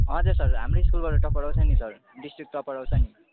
हजुर सर हाम्रो स्कुलबाट टप्पर आउँछ नि सर डिस्ट्रिक्ट टप्पर आउँछ नि